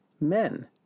men